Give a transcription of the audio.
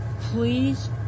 please